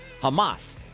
Hamas